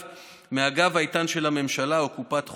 מהגב האיתן של הממשלה או קופת חולים.